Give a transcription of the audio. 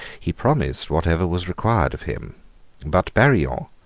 he promised whatever was required of him but barillon,